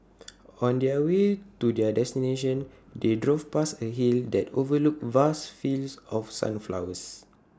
on the way to their destination they drove past A hill that overlooked vast fields of sunflowers